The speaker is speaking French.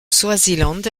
swaziland